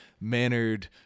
mannered